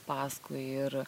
paskui ir